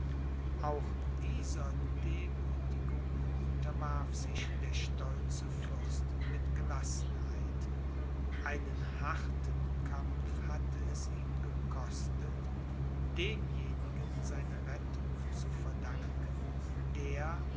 auch dieser demüthigung unterwarf sich der stolze fürst mit gelassenheit einen harten kampf hatte es ihn gekostet demjenigen seine rettung zu verdanken der